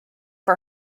for